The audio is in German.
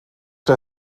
der